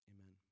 amen